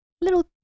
little